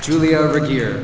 julie over here